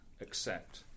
accept